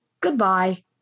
goodbye